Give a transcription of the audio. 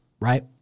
Right